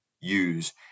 use